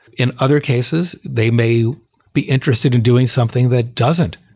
in other cases, they may be interested in doing something that doesn't